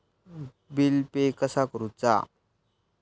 Bill pay कसा करुचा?